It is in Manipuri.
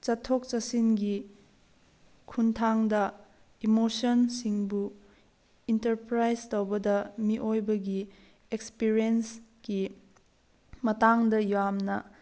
ꯆꯠꯊꯣꯛ ꯆꯠꯁꯤꯟꯒꯤ ꯈꯣꯡꯊꯥꯡꯗ ꯏꯃꯣꯁꯟꯁꯤꯡꯕꯨ ꯏꯟꯇꯔꯄ꯭ꯔꯥꯏꯖ ꯇꯧꯕꯗ ꯃꯤꯑꯣꯏꯕꯒꯤ ꯑꯦꯛꯁꯄꯤꯔꯤꯌꯦꯟꯁꯀꯤ ꯃꯇꯥꯡꯗ ꯌꯥꯝꯅ